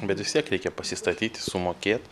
bet vis tiek reikia pasistatyti sumokėt